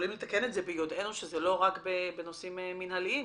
יכולים לתקן את זה ביודענו שזה לא רק בנושאים מנהליים,